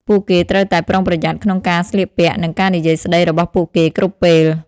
ពួកគេត្រូវតែប្រុងប្រយ័ត្នក្នុងការស្លៀកពាក់ និងការនិយាយស្តីរបស់ពួកគេគ្រប់ពេល។